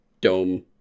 Dome